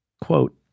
quote